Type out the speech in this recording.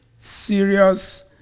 serious